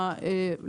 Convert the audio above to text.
רק שנייה.